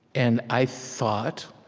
and i thought,